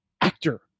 actor